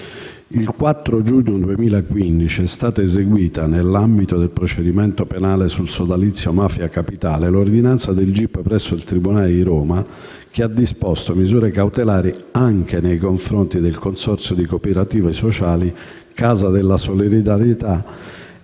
Il 4 giugno 2015 è stata eseguita, nell'ambito del procedimento penale sul sodalizio Mafia Capitale, l'ordinanza del gip presso il tribunale di Roma che ha disposto misure cautelari anche nei confronti del Consorzio di cooperative sociali Casa della Solidarietà